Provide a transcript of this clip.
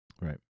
Right